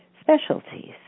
specialties